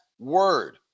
word